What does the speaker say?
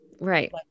Right